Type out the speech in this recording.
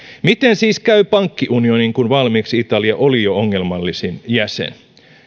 miten siis käy pankkiunionin kun italia oli jo valmiiksi ongelmallisin jäsen